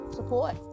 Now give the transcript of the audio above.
Support